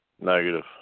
negative